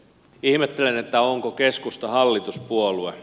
ihmettelen onko keskusta hallituspuolue